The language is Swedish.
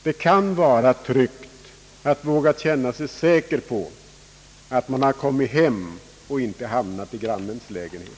Det kan vara tryggt att känna med sig att man verkligen har kommit hem och inte hamnat i grannens lägenhet.